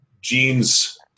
Gene's